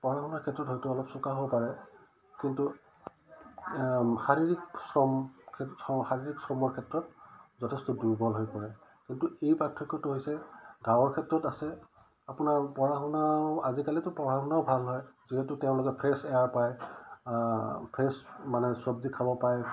পঢ়া শুনাৰ ক্ষেত্ৰত হয়তো অলপ চুকা হ'ব পাৰে কিন্তু শাৰীৰিক শ্ৰম শাৰীৰিক শ্ৰমৰ ক্ষেত্ৰত যথেষ্ট দুৰ্বল হৈ পৰে কিন্তু এই পাৰ্থক্যটো হৈছে গাঁৱৰ ক্ষেত্ৰত আছে আপোনাৰ পঢ়া শুনাও আজিকালিতো পঢ়া শুনাও ভাল হয় যিহেতু তেওঁলোকে ফ্ৰেছ এয়াৰ পায় ফ্ৰেছ মানে চব্জি খাব পায়